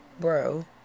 bro